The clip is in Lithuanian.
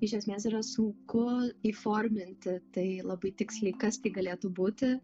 iš esmės yra sunku įforminti tai labai tiksliai kas tai galėtų būti